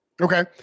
Okay